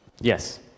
Yes